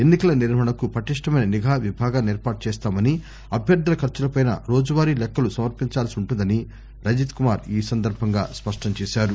ఎన్ని కల నిర్వహణకు పటిష్టమైన నిఘా విభాగాన్ని ఏర్పాటు చేస్తామని అభ్యర్థుల ఖర్చుల పై రోజువారీ లెక్కలు సమర్పించాల్ని ఉంటుందని రజత్ కుమార్ స్పష్టం చేశారు